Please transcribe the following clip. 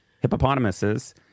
hippopotamuses